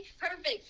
perfect